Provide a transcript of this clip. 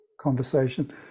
conversation